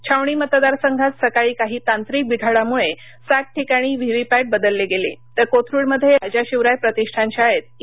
छावणी मतदारसंघात सकाळी काही तांत्रिक बिघाडामुळे सात ठिकाणी व्ही व्ही पॅट बदलले गेले तर कोथरूडमध्ये राजा शिवराय प्रतिष्ठान शाळेत ई